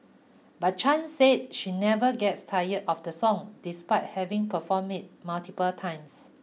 but Chan said she never gets tired of the song despite having performed it multiple times